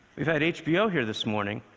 we've had hbo here this morning.